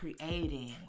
creating